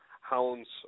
Hounds